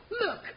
look